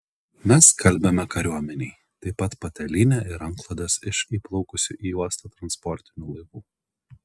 mes skalbiame kariuomenei taip pat patalynę ir antklodes iš įplaukusių į uostą transportinių laivų